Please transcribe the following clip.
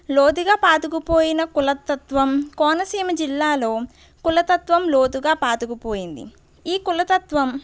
లోతుగా పాతుకుపోయిన కులతత్వం కోనసీమ జిల్లాలో కులతత్వం లోతుగా పాతుకుపోయింది ఈ కులతత్వం